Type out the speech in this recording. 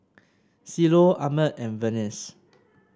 Cielo Ahmed and Vernice